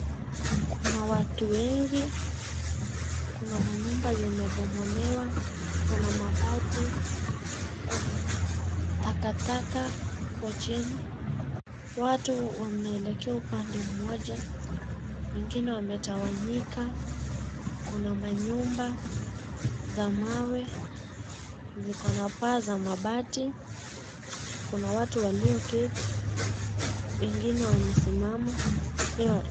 Kuna watu wengi, kuna manyumba zimebomolewa, kuna mabati, kuna takataka huko chini. Watu wameelekea upande mmoja, wengine wametawanyika, kuna manyumba za mawe ziko na paa za mabati. Kuna watu walioketi, wengine wamesimama.